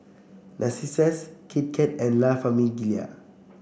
Narcissus Kit Kat and La Famiglia